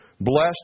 blessed